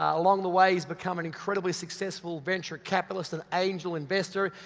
along the way, he's become an incredibly successful venture capitalist, an angel investor,